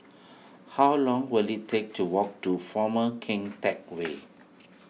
how long will it take to walk to former Keng Teck Whay